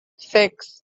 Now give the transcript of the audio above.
six